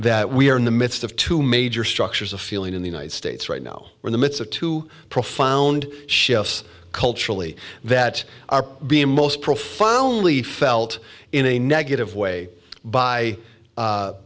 that we are in the midst of two major structures of feeling in the united states right now in the midst of two profound shifts culturally that are being most profoundly felt in a negative way by